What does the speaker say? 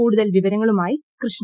കൂടുതൽ വിവരങ്ങളുമായി കൃഷ്ണ